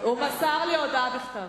הוא מסר לי הודעה בכתב.